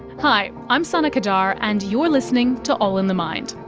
hi, i'm sana qadar and you're listening to all in the mind.